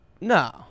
No